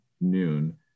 noon